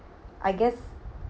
I guess